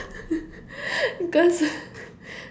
cos